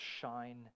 shine